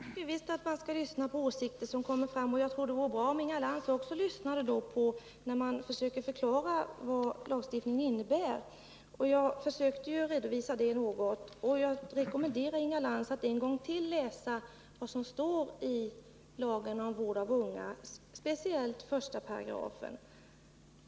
Herr talman! Jag tycker visst att vi skall lyssna på åsikter som kommer fram, och jag tycker att det vore bra om Inga Lantz också lyssnade när man förklarar vad lagstiftningen innebär. Jag försökte redovisa det, och jag rekommenderar Inga Lantz att en gång till läsa vad som står i lagen om vård av unga, speciellt 1 §.